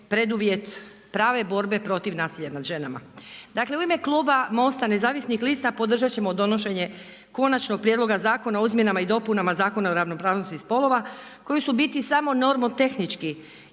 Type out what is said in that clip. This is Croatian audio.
preduvjet prave borbe protiv nasilja nad ženama. Dakle u kluba MOST-a, podržat ćemo donošenje Konačnog prijedloga Zakona o izmjenama i dopunama Zakona o ravnopravnosti spolova, koji su u biti samo normo-tehnički